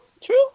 true